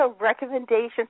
recommendations